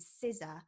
scissor